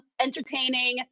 Entertaining